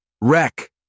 Wreck